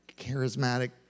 charismatic